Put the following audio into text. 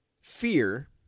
Fear